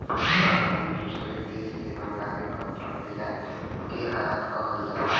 सामान दूसरे देश से मंगावे क प्रक्रिया के आयात कहल जाला